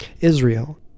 Israel